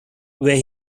where